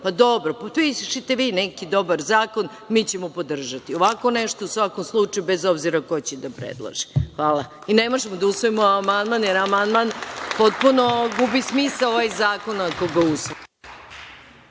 Pa dobro, potpišite vi neki dobar zakon, mi ćemo podržati ovako nešto, u svakom slučaju, bez obzira ko će da predloži. Ne možemo da usvojimo amandman, jer potpuno gubi smisao ovaj zakon ako ga usvojimo.